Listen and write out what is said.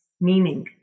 meaning